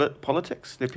politics